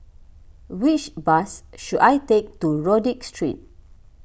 which bus should I take to Rodyk Street